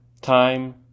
time